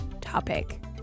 topic